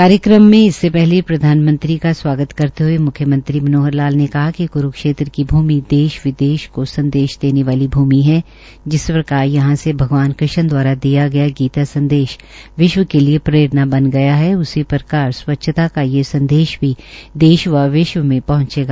कार्यक्रम में इससे पहले प्रधानमंत्रीका स्वागत करते हये म्ख्यमंत्री मनोहर लाल ने कहा कि कुरूक्षेत्र की भूमि देश विदेश को संदेश देने वाली भूमि है जिस प्रकार यहां से भगवान कृष्ण द्वारा दिया गया गीता संदेश विश्व के लिये प्ररेणा बन गया हैउसी प्रकार स्वच्छता का ये संदेश भी देश व विश्व में पहंचेगा